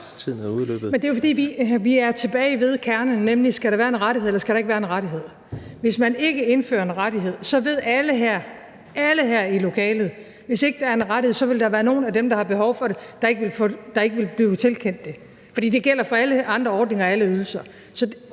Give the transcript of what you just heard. Men det er jo, fordi vi er tilbage ved kernen, nemlig: Skal der være en rettighed, eller skal der ikke være en rettighed? Alle her – alle her i lokalet – ved, at hvis ikke der er en rettighed, vil der være nogle af dem, der har behov for det, der ikke vil blive tilkendt det. For det gælder for alle andre ordninger og alle ydelser.